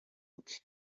bwe